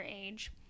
age